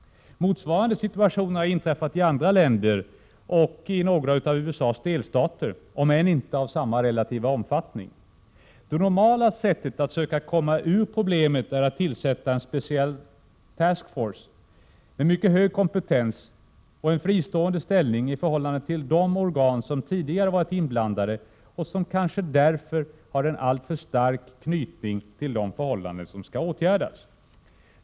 Motsvarande situationer har inträffat i andra länder och i några av USA:s delstater, om än inte i samma relativa omfattning. Det normala sättet att söka komma ur problemet är att tillsätta en speciell ”task force” med mycket hög kompetens och en fristående ställning i förhållande till de organ som tidigare varit inblandade, och som kanske därför har en alltför stark knytning till de förhållanden som skall åtgärdas.